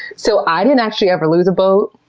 so i didn't actually ever lose a boat,